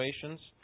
situations